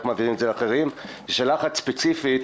שאלה אחת ספציפית